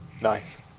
Nice